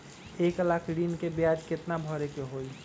एक लाख ऋन के ब्याज केतना भरे के होई?